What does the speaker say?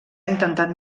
intentat